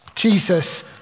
Jesus